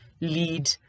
lead